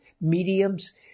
mediums